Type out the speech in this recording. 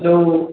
hello